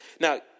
Now